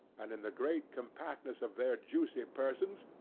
and, in the great compactness of their juicy persons,